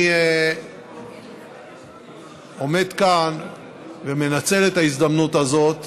אני עומד כאן ומנצל את ההזדמנות הזאת